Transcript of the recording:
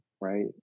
right